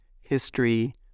history